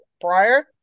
prior